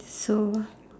so